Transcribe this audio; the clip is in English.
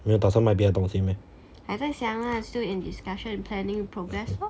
没有打算卖别的东西 meh